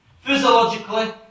physiologically